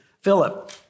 Philip